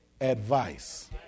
advice